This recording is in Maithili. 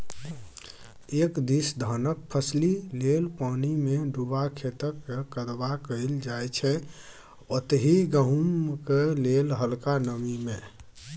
एक दिस धानक फसिल लेल पानिमे डुबा खेतक कदबा कएल जाइ छै ओतहि गहुँमक लेल हलका नमी मे